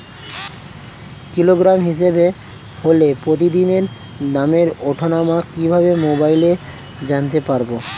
Kilogram হিসাবে হলে প্রতিদিনের দামের ওঠানামা কিভাবে মোবাইলে জানতে পারবো?